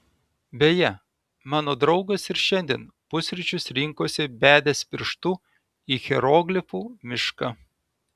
beje mano draugas ir šiandien pusryčius rinkosi bedęs pirštu į hieroglifų mišką